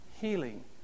healing